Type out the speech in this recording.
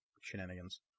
shenanigans